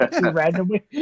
Randomly